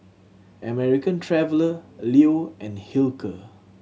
American Traveller Leo and Hilker